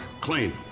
clean